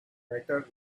better